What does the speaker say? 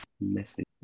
message